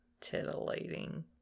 Titillating